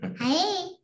hi